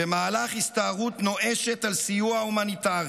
במהלך הסתערות נואשת על סיוע הומניטרי.